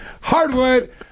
hardwood